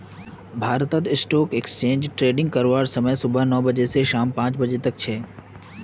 भारतत stock exchange trading करवार समय सुबह नौ बजे स शाम पांच बजे तक छेक